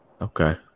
Okay